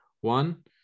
One